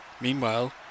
Meanwhile